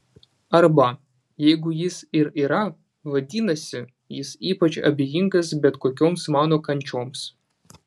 arba jeigu jis ir yra vadinasi jis ypač abejingas bet kokioms mano kančioms